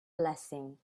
blessing